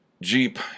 jeep